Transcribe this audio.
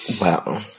Wow